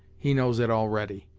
he knows it already.